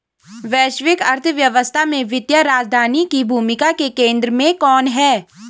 वैश्विक अर्थव्यवस्था में वित्तीय राजधानी की भूमिका के केंद्र में कौन है?